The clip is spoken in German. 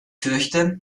fürchte